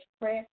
press